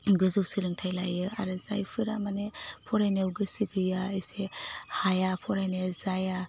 गोजौ सोलोंथाइ लायो आरो जायफोरा माने फरायनायाव गोसो गैया एसे हाया फरायनाया जाया